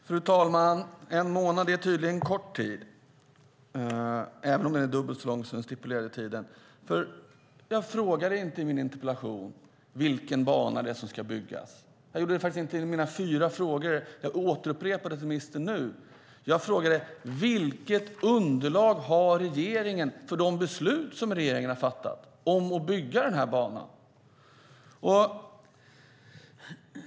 Fru talman! En månad är tydligen kort tid, även om den är dubbelt så lång som den stipulerade tiden. Jag frågade inte i min interpellation vilken bana som ska byggas. Inte heller i mina fyra frågor som jag upprepade för ministern gjorde jag det. Jag frågade: Vilket underlag har regeringen för de beslut som regeringen har fattat om att bygga banan?